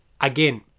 again